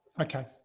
Okay